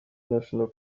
national